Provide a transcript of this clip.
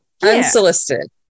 Unsolicited